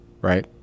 right